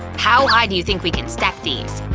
how high do you think we can stack these?